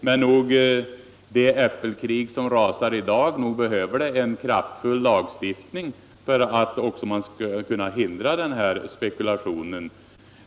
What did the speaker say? Med tanke på det ”äppelkrig” som rasar i dag behövs det en kraftfull lagstiftning för att man skall kunna förhindra denna spekulation.